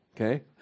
okay